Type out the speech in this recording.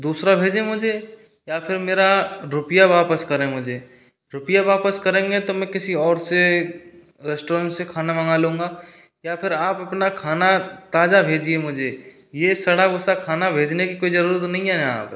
दूसरा भेजें मुझे या फिर मेरा रुपया वापस करें मुझे रुपया वापस करेंगे तो मैं किसी और से रेस्टोरेंट से खाना मंगा लूँगा या फिर आप अपना खाना ताज़ा भेजिए मुझे ये सड़ा भूसा खाना भेजने की कोई ज़रूरत नहीं है यहाँ पे